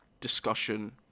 discussion